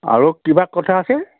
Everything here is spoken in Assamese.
আৰু কিবা কথা আছিল